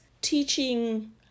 teaching